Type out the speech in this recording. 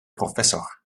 professor